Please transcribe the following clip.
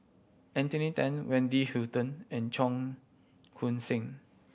Anthony Then Wendy Hutton and Cheong Koon Seng